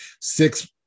six